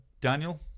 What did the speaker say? Daniel